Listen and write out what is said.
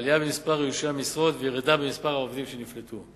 עלייה במספר איושי המשרות וירידה במספר העובדים שנפלטו.